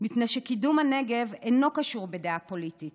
מפני שקידום הנגב אינו קשור בדעה פוליטית